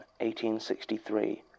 1863 –